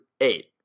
eight